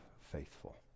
faithful